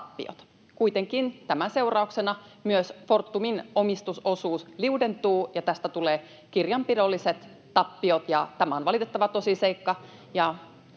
tappiot. Kuitenkin tämän seurauksena myös Fortumin omistusosuus liudentuu ja tästä tulee kirjanpidolliset tappiot. Tämä on valitettava tosiseikka.